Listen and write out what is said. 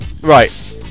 Right